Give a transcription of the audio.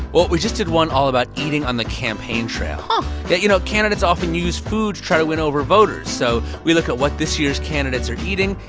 we just did one all about eating on the campaign trail huh yeah. you know, candidates often use food to try to win over voters, so we look at what this year's candidates are eating.